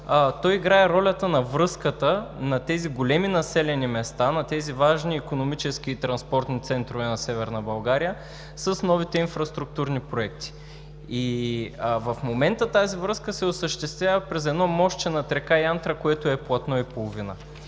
играе ролята на връзката на тези големи населени места, на тези важни икономически и транспортни центрове на Северна България с новите инфраструктурни проекти. В момента тази връзка се осъществява през едно мостче над река Янтра, което е платно и половина.